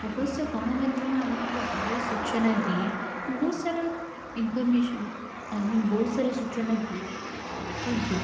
ଅବଶ୍ୟ ଗଣମାଧ୍ୟମ ଆମକୁ ଢେର ସୂଚନା ଦିଏ ବହୁତ ସାରା ଇନଫର୍ମେଶନ ବହୁତ ସାରା ସୂଚନା ଦିଏ କିନ୍ତୁ